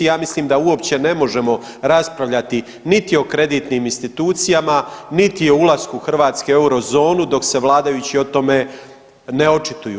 Ja mislim da uopće ne možemo raspravljati niti o kreditnim institucijama, niti o ulasku Hrvatske u eurozonu dok se vladajući o tome ne očituju.